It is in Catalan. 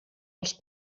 els